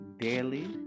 daily